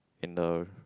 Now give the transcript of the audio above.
in the